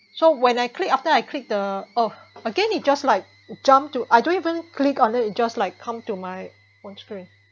so when I click after I click the oh again it just like jump to I don't even click on it it just like come to my own screen